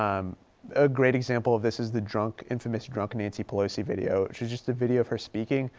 um a great example of this is the drunk, infamous drunk nancy pelosi video, which is just a video of her speaking,